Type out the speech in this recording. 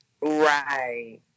Right